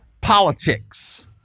politics